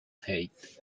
height